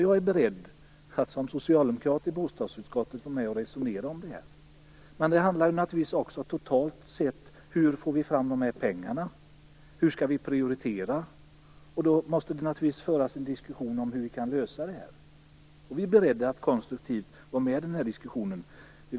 Jag är beredd att som socialdemokrat i bostadsutskottet vara med och resonera om detta. Men det handlar naturligtvis också om hur vi totalt sett får fram pengarna. Hur skall vi prioritera? Det måste föras en diskussion om hur vi kan lösa detta, och vi är beredda att konstruktivt delta i den.